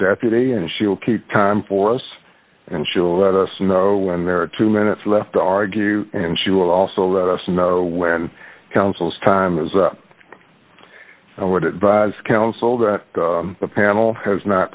deputy and she will keep time for us and she will let us know when there are two minutes left to argue and she will also let us know when counsel's time is up i would advise counsel that the panel has not